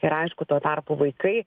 ir aišku tuo tarpu vaikai